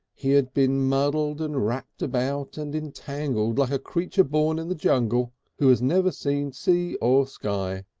he had been muddled and wrapped about and entangled like a creature born in the jungle who has never seen sea or sky.